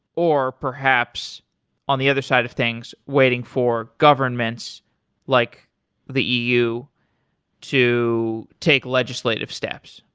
or perhaps on the other side of things waiting for governments like the eu to take legislative steps.